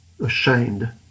ashamed